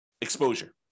exposure